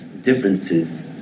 differences